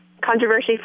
controversy